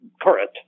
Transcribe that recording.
current